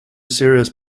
serious